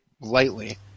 lightly